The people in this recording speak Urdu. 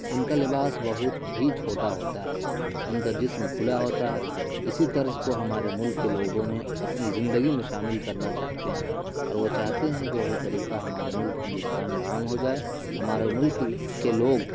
ان کا لباس بہت ہی چھوٹا ہوتا ہے ان کا جسم کھلا ہوتا ہے اسی طرز کو ہمارے ملک کے لوگوں نے اپنی زندگی میں شامل کرنا چاہتے ہیں اور وہ چاہتے ہیں کہ وہی طریقہ ہمارے ملک ہندوستان میں عام ہو جائے ہمارے ملک کے لوگ